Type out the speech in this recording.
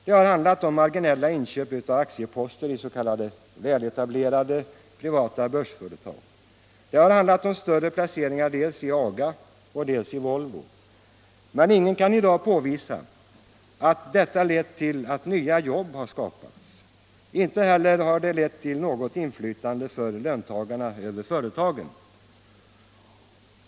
Det har handlat om marginella inköp av aktieposter i s.k. väletablerade privata börsföretag. Det har handlat om större placeringar dels i AGA, dels i Volvo. Men ingen kan i dag påvisa att detta lett till att nya jobb har skapats. Inte heller har det lett till något inflytande för löntagarna över företagen.